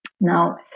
Now